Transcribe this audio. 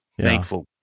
Thankful